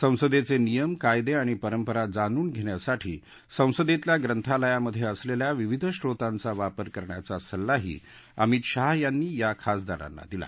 संसदेचे नियम कायदे आणि पंरपरा जाणून घेण्यासाठी संसदेतल्या ग्रंथालयामधे असलेल्या विविध स्रोतांचा वापर करण्याचा सल्लाही अमित शाहा यांनी या खासदारांन दिला